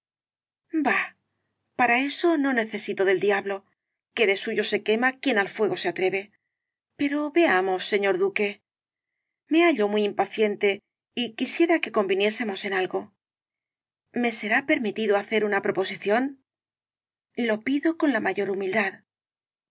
para eso no necesito del diablo que de suyo se quema quien al fuego se atreve pero veamos señor d u q u e me hallo muy impaciente y quisiera que conviniésemos en algo me será permitido hacer una proposición lo pido con la mayor humildad